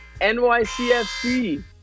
NYCFC